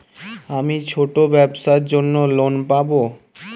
আমি ছোট ব্যবসার জন্য লোন পাব?